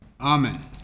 Amen